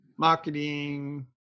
marketing